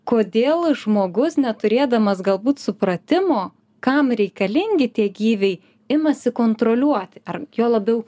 kodėl žmogus neturėdamas galbūt supratimo kam reikalingi tie gyviai imasi kontroliuoti ar juo labiau